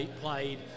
played